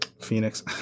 Phoenix